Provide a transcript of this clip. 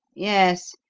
yes.